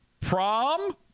prom